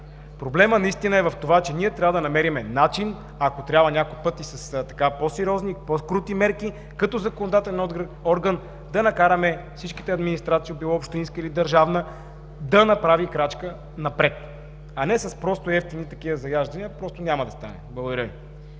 Проблемът е в това, че трябва да намерим начин, ако трябва някой път и с по-сериозни, с по-крути мерки като законодателен орган да накараме всичките администрации – било общинска или държавна, да направи крачка напред, а не просто с евтини заяждания. Няма да стане! Благодаря Ви.